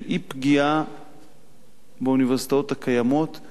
של אי-פגיעה באוניברסיטאות הקיימות,